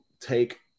take